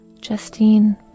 Justine